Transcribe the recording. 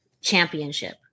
championship